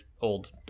old